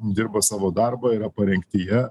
dirba savo darbą yra parengtyje